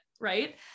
right